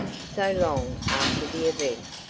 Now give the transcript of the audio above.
so long after the event.